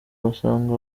basanga